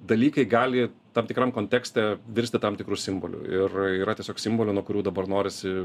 dalykai gali tam tikram kontekste virsti tam tikru simboliu ir yra tiesiog simbolių nuo kurių dabar norisi